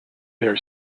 their